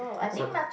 so